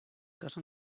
casa